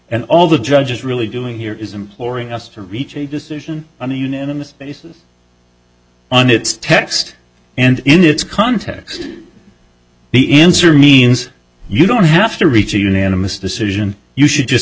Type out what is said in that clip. and all the judge is really doing here is imploring us to reach a decision on a unanimous basis and it's text and in its context the answer means you don't have to reach a unanimous decision you should just